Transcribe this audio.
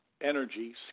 energy